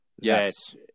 Yes